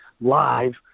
live